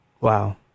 wow